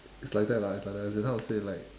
it's like that lah it's like that as in how to say like